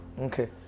Okay